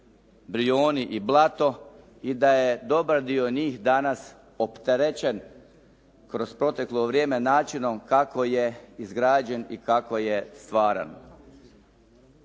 Brijuni i Blato i da je dobar dio njih danas opterećen kroz proteklo vrijeme načinom kako je izgrađen i kako je stvaran.